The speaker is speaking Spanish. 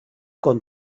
con